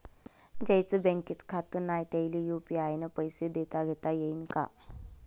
ज्याईचं बँकेत खातं नाय त्याईले बी यू.पी.आय न पैसे देताघेता येईन काय?